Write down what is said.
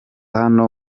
hano